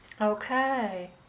okay